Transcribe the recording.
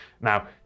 Now